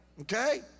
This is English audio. Okay